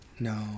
No